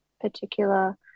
particular